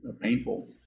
painful